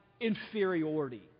inferiority